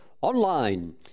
online